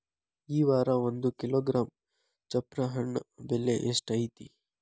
ಈ ವಾರ ಒಂದು ಕಿಲೋಗ್ರಾಂ ಚಪ್ರ ಹಣ್ಣ ಬೆಲೆ ಎಷ್ಟು ಐತಿ?